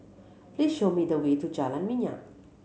please show me the way to Jalan Minyak